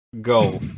go